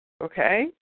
Okay